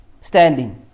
standing